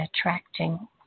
attracting